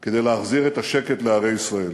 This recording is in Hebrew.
כדי להחזיר את השקט לערי ישראל.